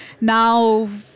now